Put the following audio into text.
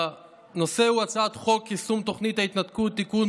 הנושא הוא הצעת חוק יישום תוכנית ההתנתקות (תיקון,